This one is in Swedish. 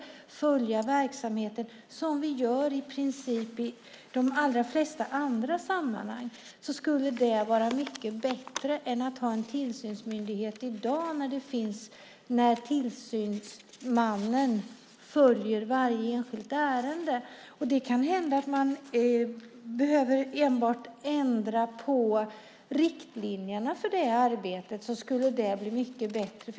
Man följer verksamheten, som vi gör i de flesta andra sammanhang. Det skulle vara mycket bättre än att ha en tillsynsmyndighet i dag, när tillsynsmannen följer varje enskilt ärende. Det kan hända att man enbart behöver ändra på riktlinjerna för det arbetet för att det skulle bli mycket bättre.